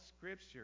scripture